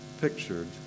pictured